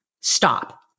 STOP